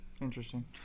Interesting